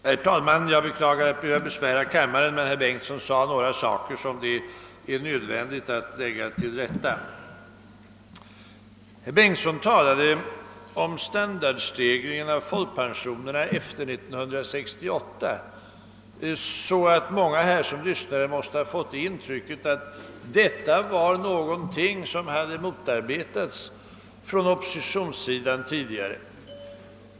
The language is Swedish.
Herr talman! Jag beklagar att behöva besvära kammarens ledamöter, men herr Bengtsson i Varberg gjorde vissa uttalanden som måste bemötas. Herr Bengtsson talade på ett sådant sätt om standardstegringen av folkpensionerna efter 1968, att många lyssnare måste ha fått intrycket att stegringen är någonting som tidigare motarbetats av oppositionen.